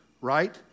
right